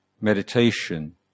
meditation